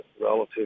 relative